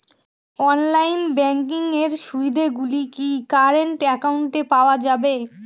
Online banking এর সুবিধে গুলি কি কারেন্ট অ্যাকাউন্টে পাওয়া যাবে?